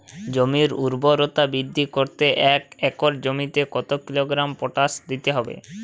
জমির ঊর্বরতা বৃদ্ধি করতে এক একর জমিতে কত কিলোগ্রাম পটাশ দিতে হবে?